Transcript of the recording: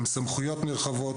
עם סמכויות נרחבות,